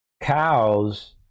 cows